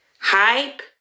hype